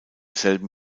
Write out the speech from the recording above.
selben